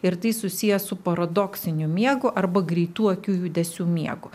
ir tai susiję su paradoksiniu miegu arba greitų akių judesių miegu